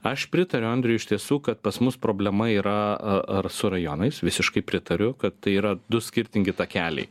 aš pritariu andriui iš tiesų kad pas mus problema yra a ar su rajonais visiškai pritariu kad tai yra du skirtingi takeliai